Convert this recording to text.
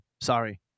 sorry